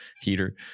heater